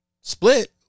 split